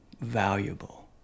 valuable